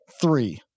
three